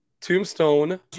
Tombstone